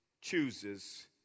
chooses